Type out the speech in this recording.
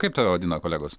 kaip tave vadina kolegos